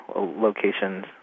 locations